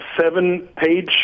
seven-page